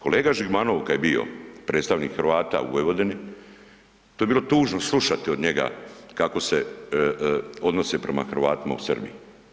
Kolega Žigmanov kada je bio predstavnik Hrvata u Vojvodini to je bilo tužno slušati od njega kako se odnose prema Hrvatima u Srbiji.